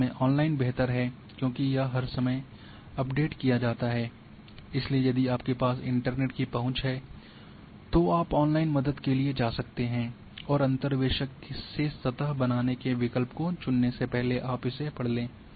इसमें ऑनलाइन बेहतर है क्योंकि यह हर समय अपडेट किया जाता है इसलिए यदि आपके पास इंटरनेट की पहुंच है तो आप ऑनलाइन मदद के लिए जा सकते हैं और अंतर्वेशक से सतह बनाने के विकल्प को चुनने से पहले आप इसे पढ़ लें